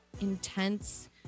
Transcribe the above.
intense